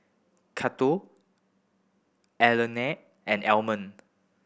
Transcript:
Cato Alannah and Almond